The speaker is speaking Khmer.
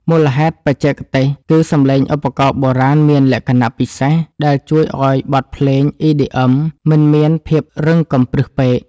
មូលហេតុបច្ចេកទេសគឺសំឡេងឧបករណ៍បុរាណមានលក្ខណៈពិសេស ដែលជួយឱ្យបទភ្លេង EDM មិនមានភាពរឹងកំព្រឹសពេក។